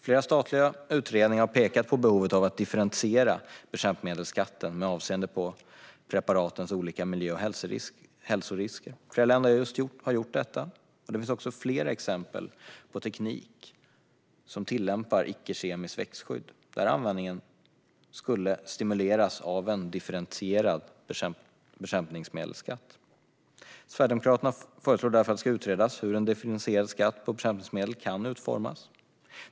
Flera statliga utredningar har pekat på behovet av att differentiera bekämpningsmedelsskatten med avseende på preparatens olika miljö och hälsorisker. Flera länder har gjort detta. Det finns också fler exempel på teknik som tillämpar icke-kemiskt växtskydd, där användningen skulle stimuleras av en differentierad bekämpningsmedelsskatt. Sverigedemokraterna föreslår därför att det ska utredas hur en differentierad skatt på bekämpningsmedel kan utformas.